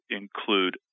include